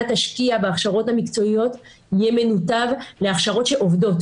תשקיע בהכשרות המקצועיות יהיה מנותב להכשרות שעובדות,